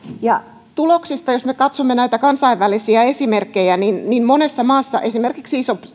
me katsomme tuloksista näitä kansainvälisiä esimerkkejä niin niin monessa maassa esimerkiksi